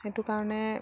সেইটো কাৰণে